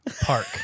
Park